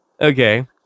Okay